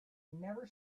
never